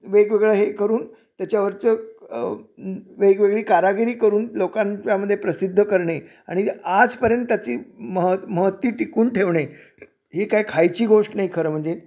वेगवेगळं हे करून त्याच्यावरचं वेगवेगळी ब कारागिरी करून लोकांच्यामध्ये प्रसिद्ध करणे आणि आजपर्यंत त्याची महत् महती टिकवून ठेवणे ही काय खायची गोष्ट नाही खरं म्हणजे